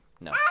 No